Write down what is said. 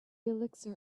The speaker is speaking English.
elixir